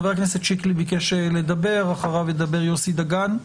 חבר הכנסת שקלי ביקש לדבר, אחריו ידבר יוסי סגן.